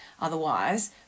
otherwise